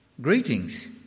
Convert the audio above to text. Greetings